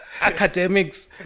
academics